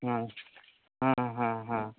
ᱦᱮᱸ ᱦᱮᱸ ᱦᱮᱸ ᱦᱮᱸ